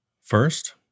First